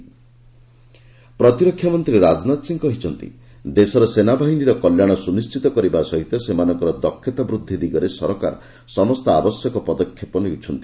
ପ୍ରତିରକ୍ଷାମନ୍ତ୍ରୀ ପ୍ରତିରକ୍ଷାମନ୍ତ୍ରୀ ରାଜନାଥ ସିଂ କହିଛନ୍ତି ଦେଶର ସେନାବାହିନୀର କଲ୍ୟାଣ ସ୍ତୁନିଶ୍ଚିତ କରିବା ସହିତ ସେମାନଙ୍କର ଦକ୍ଷତା ବୃଦ୍ଧି କରିବା ଦିଗରେ ସରକାର ସମସ୍ତ ଆବଶ୍ୟକ ପଦକ୍ଷେପ ନେଉଛନ୍ତି